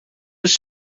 was